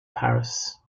paris